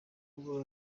kuba